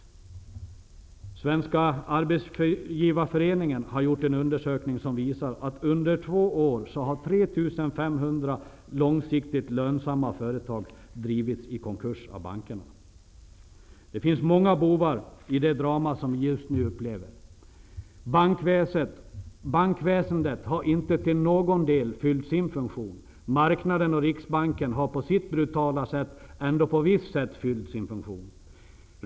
Svenska arbetsgivareföreningen har gjort en undersökning som visar att under två år har 3 500 långsiktigt lönsamma företag drivits i konkurs av bankerna. Det finns många bovar i det drama som vi just nu upplever. Bankväsendet har inte till någon del fyllt sin funktion. Marknaden och Riksbanken har på sitt brutala vis ändå fyllt sin funktion på visst sätt.